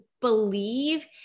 believe